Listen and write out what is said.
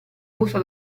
busta